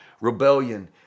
rebellion